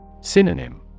Synonym